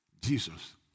Jesus